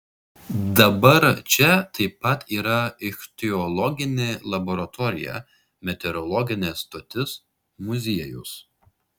dabar čia taip pat yra ichtiologinė laboratorija meteorologinė stotis muziejus